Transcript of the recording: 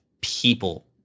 people